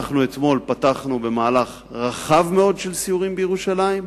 אנחנו אתמול פתחנו במהלך רחב מאוד של סיורים בירושלים,